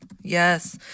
Yes